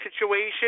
situation